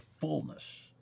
fullness